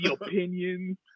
opinions